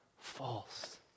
false